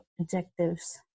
objectives